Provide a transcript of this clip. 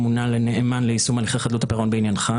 מונה לנאמן ליישום הליכי חדלות הפירעון בעניינך".